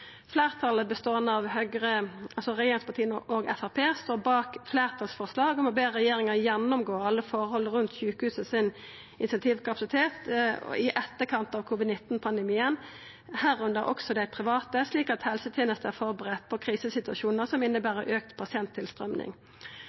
Regjeringspartia og Framstegspartiet står bak fleirtalsforslag om å be regjeringa gjennomgå alle forhold rundt intensivkapasiteten til sjukehusa i etterkant av covid-19-pandemien, herunder også dei private, slik at helsetenesta er forberedt på krisesituasjonar som inneber